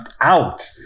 out